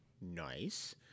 Nice